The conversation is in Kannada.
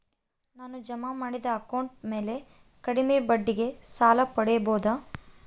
ನಾನು ಜಮಾ ಮಾಡಿದ ಅಕೌಂಟ್ ಮ್ಯಾಲೆ ಕಡಿಮೆ ಬಡ್ಡಿಗೆ ಸಾಲ ಪಡೇಬೋದಾ?